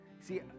See